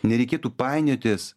nereikėtų painiotis